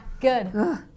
good